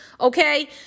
Okay